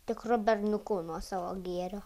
tikru berniuku nuo savo gėrio